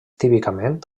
típicament